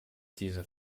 dieser